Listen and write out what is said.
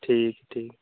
ठीक है ठीक